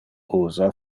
usa